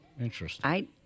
Interesting